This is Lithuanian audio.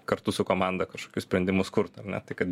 kartu su komanda kažkokius sprendimus kurt ar ne tai kad